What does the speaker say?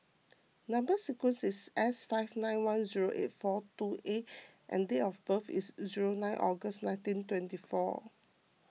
Number Sequence is S five nine one zero eight four two A and date of birth is zero nine August nineteen twenty four